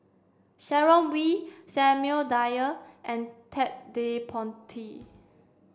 Sharon Wee Samuel Dyer and Ted De Ponti